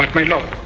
like my lord,